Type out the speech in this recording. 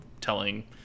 telling